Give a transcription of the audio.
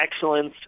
excellence